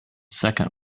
second